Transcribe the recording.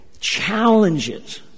challenges